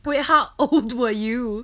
wait how old were you